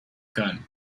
gun